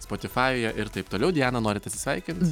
spotifajuje ir taip toliau diana norit atsisveikint